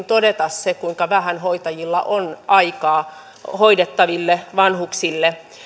todeta sen kuinka vähän hoitajilla on aikaa hoidettaville vanhuksille